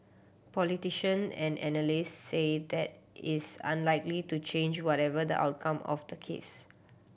politician and analyst say that is unlikely to change whatever the outcome of the case